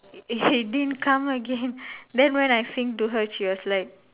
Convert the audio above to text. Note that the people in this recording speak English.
it didn't come again then when I sing to her she was like